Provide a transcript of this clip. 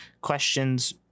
questions